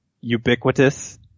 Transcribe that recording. ubiquitous